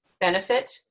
benefit